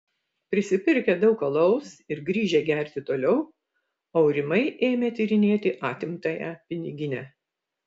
prisipirkę daug alaus ir grįžę gerti toliau aurimai ėmė tyrinėti atimtąją piniginę